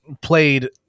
played